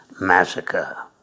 massacre